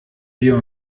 wir